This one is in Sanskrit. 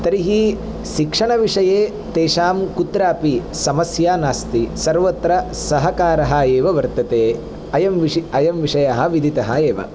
तर्हि शिक्षणविषये तेषां कुत्रापि समस्या नास्ति सर्वत्र सहकारः एव वर्तते अयं विष अयं विषयः विधितः एव